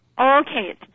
Okay